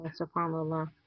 subhanAllah